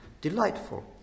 delightful